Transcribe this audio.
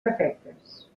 defectes